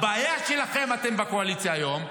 הבעיה שלכם, אתם בקואליציה היום,